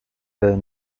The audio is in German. der